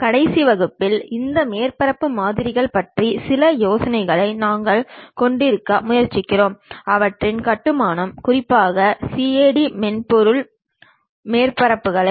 இன்றையிலிருந்து மாடியுள் எண் 03 லெக்ச்சர் எண் 21ல் ஆர்த்தோகிராஃபிக் புரொஜெக்ஷன்ஸ் பற்றி பார்க்கலாம்